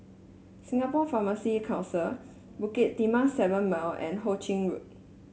Singapore Pharmacy Council Bukit Timah Seven Mile and Ho Ching Road